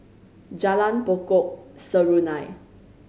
Jalan Pokok Serunai